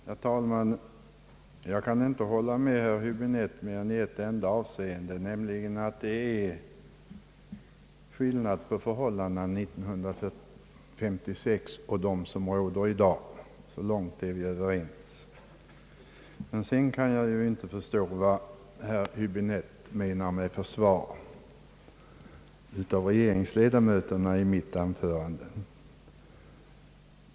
Herr talman! Jag kan inte hålla med herr Häbinette i mer än ett enda avseende, nämligen att det är skillnad på förhållandena år 1956 och dem som råder i dag. Så långt är vi överens. Jag kan inte förstå vad herr Hiöbinette menar med att jag försvarade regeringsledamöterna i mitt anförande.